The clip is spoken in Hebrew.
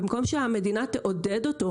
במקום שהמדינה תעודד אותו.